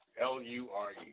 L-U-R-E